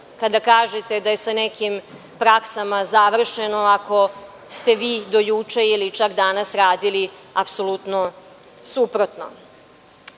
kada kažete da je sa nekim praksama završeno ako ste vi do juče ili čak danas radili apsolutno suprotno.